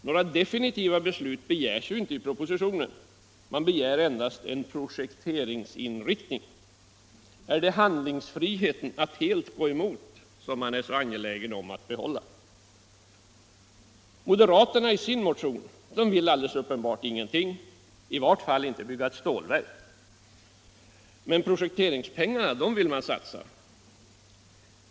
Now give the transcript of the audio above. Några definitiva beslut begärs ju inte i propositionen —- man begär endast en projekteringsinriktning. Är det handlingsfriheten att helt gå emot man är så angelägen om att behålla? Moderaterna vill alldeles uppenbart ingenting i sin motion, i vart fall inte bygga ett stålverk. Men projekteringspengarna vill man satsa.